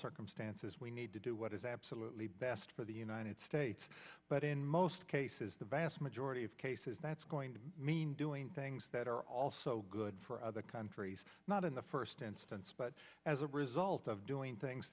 circumstances we need to do what is absolutely best for the united states but in most cases the vast majority of cases that's going to mean doing things that are also good for other countries not in the first instance but as a result of doing things